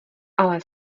ale